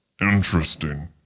Interesting